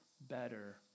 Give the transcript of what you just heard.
better